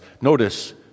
Notice